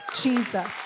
Jesus